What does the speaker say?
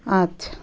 আচ্ছা